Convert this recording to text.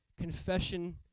Confession